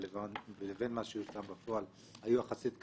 לבין מה ש- -- בפועל היו יחסית קטנים.